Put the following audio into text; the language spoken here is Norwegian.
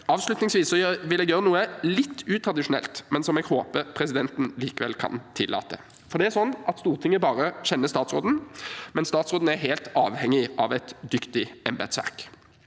Avslutningsvis vil jeg gjøre noe litt utradisjonelt, men som jeg håper presidenten likevel kan tillate. Det er sånn at Stortinget kjenner bare statsråden, men statsråden er helt avhengig av et dyktig embetsverk.